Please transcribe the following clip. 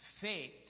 faith